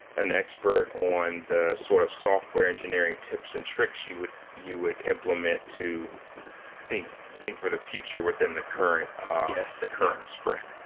an expert on the sort of software engineering tips and tricks you would you would implement to think think for the future within the current ah the current sprint.